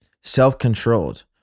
self-controlled